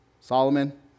Solomon